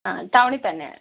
ആ ടൗണിൽ തന്നെയാണ്